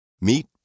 Meet